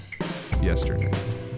yesterday